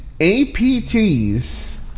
APTs